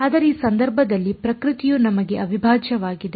ಆದರೆ ಈ ಸಂದರ್ಭದಲ್ಲಿ ಪ್ರಕೃತಿಯು ನಮಗೆ ಅವಿಭಾಜ್ಯವಾಗಿದೆ